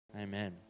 Amen